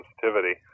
sensitivity